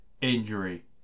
injury